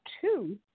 two